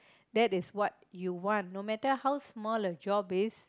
that is what you want no matter how small a job is